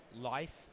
life